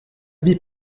vie